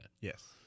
Yes